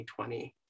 2020